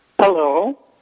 hello